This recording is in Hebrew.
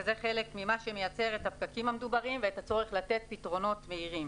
וזה חלק ממה שמייצר את הפקקים המדוברים ואת הצורך לתת פתרונות מהירים.